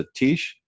Satish